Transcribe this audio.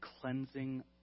cleansing